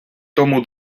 тому